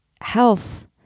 health